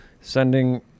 sending